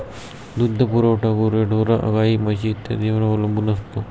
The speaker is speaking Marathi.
दूध पुरवठा गुरेढोरे, गाई, म्हशी इत्यादींवर अवलंबून असतो